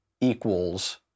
equals